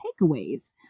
takeaways